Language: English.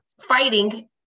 fighting